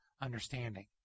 understanding